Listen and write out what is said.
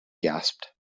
gasped